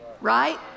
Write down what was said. right